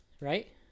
Right